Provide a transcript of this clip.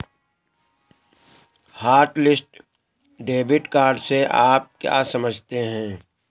Hotlist debit card से आप क्या समझते हैं?